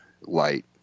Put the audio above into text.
light